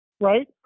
Right